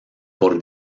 por